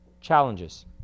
challenges